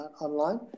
online